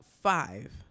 five